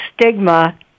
stigma